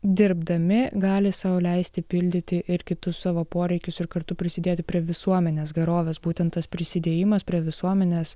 dirbdami gali sau leisti pildyti ir kitus savo poreikius ir kartu prisidėti prie visuomenės gerovės būtent tas prisidėjimas prie visuomenės